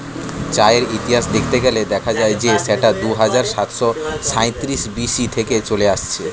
চায়ের ইতিহাস দেখতে গেলে দেখা যায় যে সেটা দুহাজার সাতশো সাঁইত্রিশ বি.সি থেকে চলে আসছে